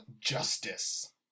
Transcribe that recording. Justice